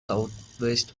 southwest